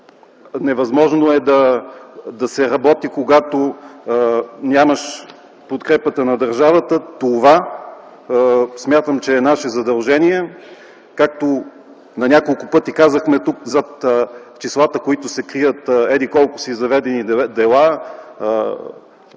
невъзможно да се работи, когато нямаш подкрепата на държавата. Смятам, че това е наше задължение. Както на няколко пъти казахме тук – зад числата, в които се крият еди колко си заведени дела,